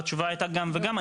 והתשובה הייתה גם וגם.